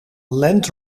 land